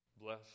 bless